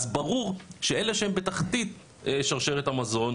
אז ברור שאלה שהם בתחתית שרשרת המזון,